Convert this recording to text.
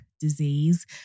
disease